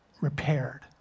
repaired